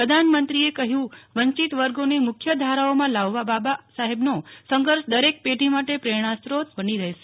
પ્રધાનમંત્રીએ કહ્યું વંચિત વર્ગોને મુખ્ય ધારાઓમાં લાવવા બાબા સાહેબનો સંઘર્ષ દરેક પેઢી માટે પ્રેરણાસ્ત્રોત બની રહેશે